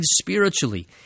spiritually